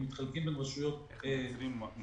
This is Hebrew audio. הם מתחלקים בין רשויות שונות.